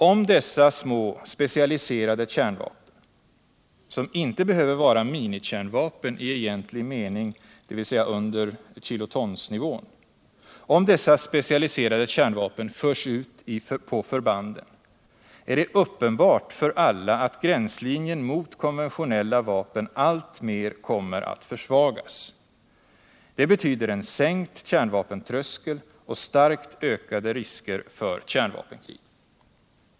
Om dessa små specialiserade kärnvapen — som inte behöver vara minikärnvapen iegentlig mening, dvs. under kilotonsnivån — förs ut på förbanden, är det uppenbart för alla att gränslinjen mot konventionella vapen alltmer kommer att försvagas. Det betyder en sänkt kärnvapentröskel och starkt ökade risker för kärnvapenkrig.